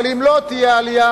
אבל אם לא תהיה עלייה,